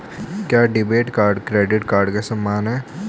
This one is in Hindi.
क्या डेबिट कार्ड क्रेडिट कार्ड के समान है?